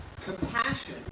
compassion